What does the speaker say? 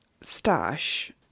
stash